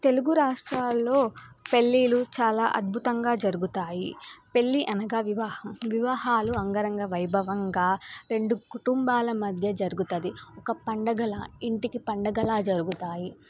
తెలుగు రాష్ట్రాల్లో పెళ్ళిళ్ళు చాలా అద్భుతంగా జరుగుతాయి పెళ్ళి అనగా వివాహం వివాహాలు అంగరంగ వైభవంగా రెండు కుటుంబాల మధ్య జరుగుతుంది ఒక పండగలా ఇంటికి పండగలా జరుగుతాయి